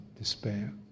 despair